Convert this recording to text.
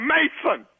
Mason